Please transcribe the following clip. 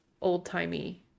old-timey